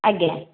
ଆଜ୍ଞା